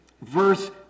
verse